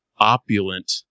Opulent